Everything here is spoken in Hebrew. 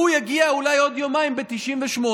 והוא יגיע אולי בעוד יומיים ב-98,